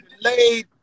delayed